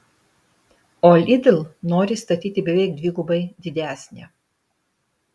o lidl nori statyti beveik dvigubai didesnę